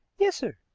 yes, sir.